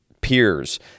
peers